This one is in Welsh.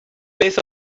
beth